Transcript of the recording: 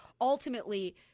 ultimately